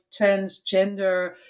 transgender